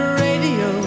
radio